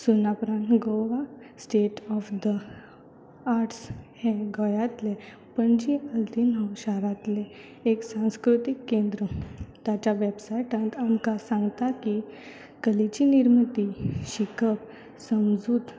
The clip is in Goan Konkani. Goa state of the arts हें गोंयांतलें पणजी आल्तिनो शारांतलें एक संस्कृतीक केंद्र ताच्या वॅबसायटांत आमकां सांगता की कलेची निर्मिती शिकप समजूत